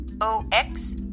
O-X